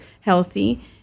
healthy